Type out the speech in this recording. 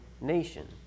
nation